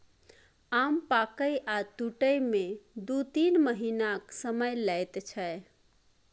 आम पाकय आ टुटय मे दु तीन महीनाक समय लैत छै